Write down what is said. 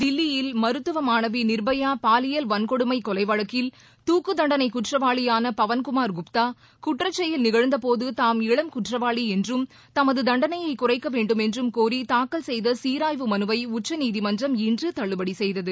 தில்லியில் மருத்துவ மாணவி நிர்பயா பாலியல் வன்கொடுமை கொலை வழக்கில் தூக்கு தண்டனை குற்றவாளி பவன்குமார் குப்தா குற்றச்செயல் நிகழ்ந்த போது தாம் இளம் குற்றவாளி என்றும் தமது தண்டனையை குறைக்க வேண்டுமென்றும் கோரி தாக்கல் செய்த சீராய்வு மனுவை உச்சநீதிமன்றம் இன்று தள்ளுபடி செய்தது